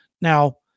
Now